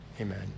Amen